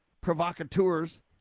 provocateurs